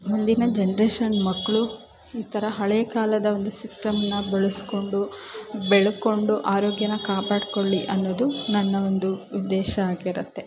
ಮುಂದಿನ ಜನ್ರೇಷನ್ ಮಕ್ಕಳು ಈ ಥರ ಹಳೇ ಕಾಲದ ಒಂದು ಸಿಸ್ಟಮ್ಮನ್ನ ಬಳಸಿಕೊಂಡು ಬೆಳಕೊಂಡು ಆರೋಗ್ಯನ ಕಾಪಾಡ್ಕೊಳ್ಳಿ ಅನ್ನೋದು ನನ್ನ ಒಂದು ಉದ್ದೇಶ ಆಗಿರುತ್ತೆ